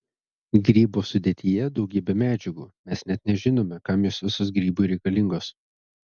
grybo sudėtyje daugybė medžiagų mes net nežinome kam jos visos grybui reikalingos